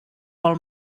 vol